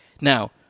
Now